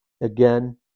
Again